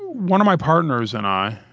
one of my partners and i,